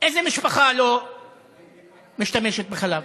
איזו משפחה לא משתמשת בחלב?